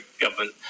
government